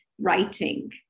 writing